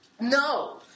No